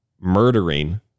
murdering